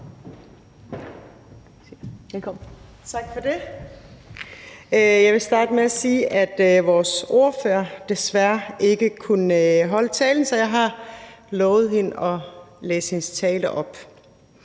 Jeg vil starte med at sige, at vores ordfører desværre ikke kan holde talen, så jeg har lovet hende at læse hendes tale op.